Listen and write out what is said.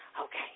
okay